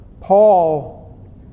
Paul